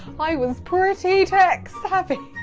i was pretty tech savvy.